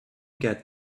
get